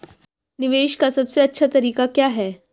निवेश का सबसे अच्छा तरीका क्या है?